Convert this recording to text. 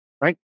right